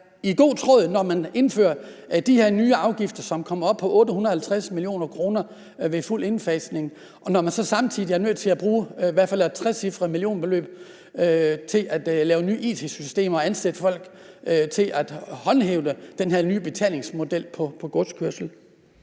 i god tråd med det, når man indfører de her nye afgifter, som kommer op på 850 mio. kr. ved fuld indfasning, og når man så samtidig er nødt til at bruge i hvert fald et trecifret millionbeløb til at lave nye it-systemer og ansætte folk til at håndhæve den her nye betalingsmodel på godskørsel.